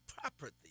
property